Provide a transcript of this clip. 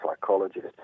psychologist